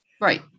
Right